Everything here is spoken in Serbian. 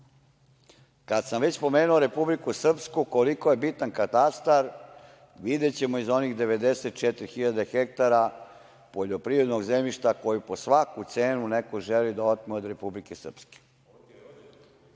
sam već pomenuo Republiku Srpsku, koliko je bitan katastar, videćemo iz onih 94 hiljade hektara poljoprivrednog zemljišta, koju po svaku cenu neko želi da otme od Republike Srpske.